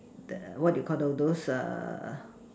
the what you Call those those err